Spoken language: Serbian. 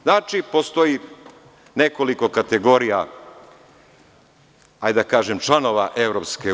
Znači, postoji nekoliko kategorija, hajde da kažem, članova EU.